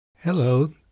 Hello